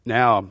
now